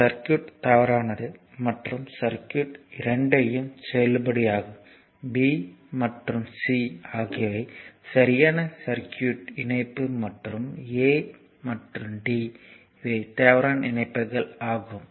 இந்த சர்க்யூட் தவறானது மற்றும் சர்க்யூட் 2 யும் செல்லுபடியாகும் b மற்றும் c ஆகியவை சரியான சர்க்யூட் இணைப்பு மற்றும் a மற்றும் d இவை தவறான இணைப்புகள் ஆகும்